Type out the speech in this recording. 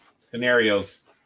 scenarios